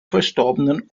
verstorbenen